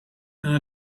and